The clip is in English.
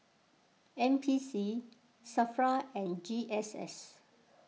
N P C Safra and G S S